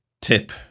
tip